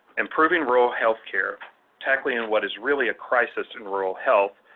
improving rural healthcare, tackling and what is really a crisis in rural health,